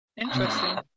Interesting